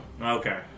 Okay